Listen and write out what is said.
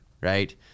right